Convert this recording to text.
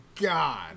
God